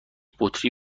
بطری